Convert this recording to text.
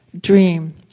Dream